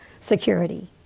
security